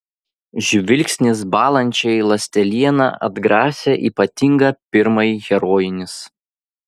žvilgsnis bąlančiajai ląsteliena atgrasė ypatingą pirmąjį herojinis